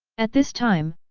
at this time,